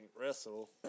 wrestle